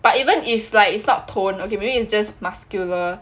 but even if like it's not tone okay maybe it's just muscular